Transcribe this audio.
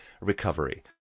recovery